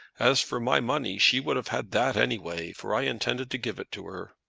as for my money, she would have had that any way, for i intended to give it to her.